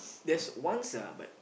there's once ah but